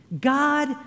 God